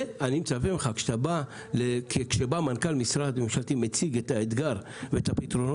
ואני מצפה ממך כשבא מנכ"ל משרד ממשלתי ומציג את האתגר והפתרונות,